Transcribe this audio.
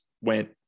went